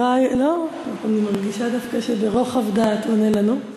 לא, אני מרגישה דווקא שברוחב דעת הוא עונה לנו.